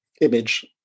image